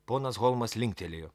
ponas holmas linktelėjo